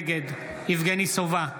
נגד יבגני סובה,